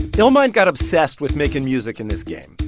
illmind got obsessed with making music in this game.